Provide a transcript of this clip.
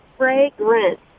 Fragrance